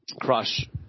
Crush